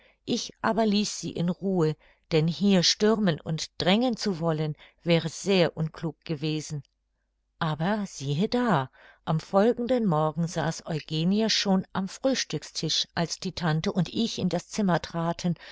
ich aber ließ sie in ruhe denn hier stürmen oder drängen zu wollen wäre sehr unklug gewesen aber siehe da am folgenden morgen saß eugenie schon am frühstückstisch als die tante und ich in das zimmer traten